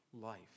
life